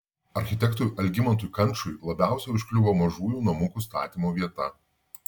architektui algimantui kančui labiausiai užkliuvo mažųjų namukų statymo vieta